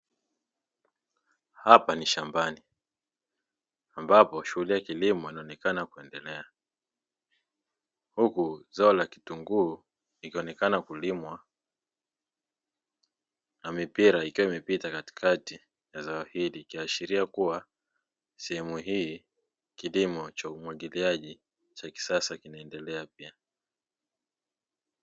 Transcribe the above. Hapa ni shambani ambapo shughuli ya kilimo inaonekana kuendelea, huku zao la kitunguu likionekana kulimwa na mipira ikiwa imepita katikati ya zao hili; ikiashiria kuwa sehemu hii kilimo cha umwagiliaji cha kisasa kinaendelea pia.